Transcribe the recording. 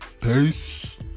Peace